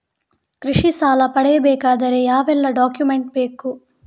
ಕೃಷಿ ಸಾಲ ಪಡೆಯಬೇಕಾದರೆ ಯಾವೆಲ್ಲ ಡಾಕ್ಯುಮೆಂಟ್ ಬೇಕು?